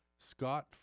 Scott